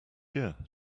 year